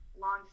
long